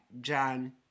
John